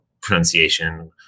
pronunciation